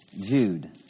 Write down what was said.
Jude